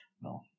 No